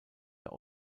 der